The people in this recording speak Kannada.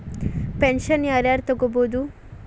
ಪೆನ್ಷನ್ ಯಾರ್ ಯಾರ್ ತೊಗೋಬೋದು?